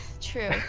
True